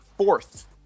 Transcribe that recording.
Fourth